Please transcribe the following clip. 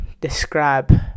describe